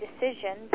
decision